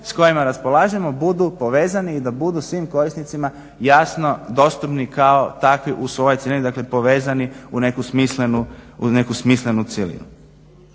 s kojima raspolažemo budu povezani i da budu svim korisnicima jasno dostupni kao takvi u svojoj cjelini dakle povezani u neku smislenu cjelinu.